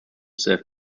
served